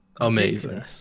Amazing